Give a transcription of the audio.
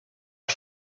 els